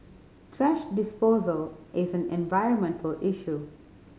thrash disposal is an environmental issue